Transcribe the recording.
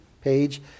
page